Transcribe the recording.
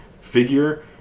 figure